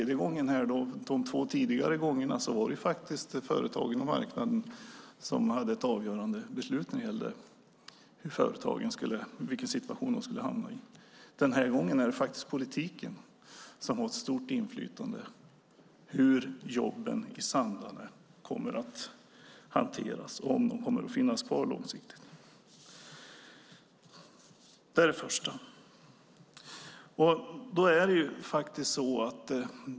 De två tidigare gångerna var det företagen och marknaden som hade ett avgörande beslut när det gällde i vilken situation företagen skulle hamna. Den här tredje gången är det politiken som har ett stort inflytande på hur jobben i Sandarne kommer att hanteras och om de kommer att finnas kvar långsiktigt. Det är det första.